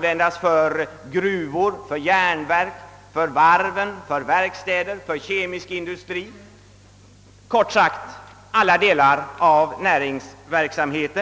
denna fond angivit gruvor, järnverk, varv, verkstäder, kemisk industri — kort sagt alla delar av vårt näringsliv.